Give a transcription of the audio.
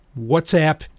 WhatsApp